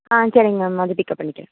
ஆ சரிங்க மேம் வந்து பிக்கப் பண்ணிக்கிறேன்